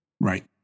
Right